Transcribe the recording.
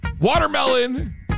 Watermelon